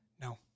No